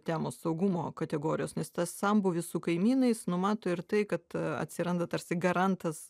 temos saugumo kategorijos nes tas sambūvis su kaimynais numato ir tai kad atsiranda tarsi garantas